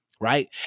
Right